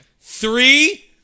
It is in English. Three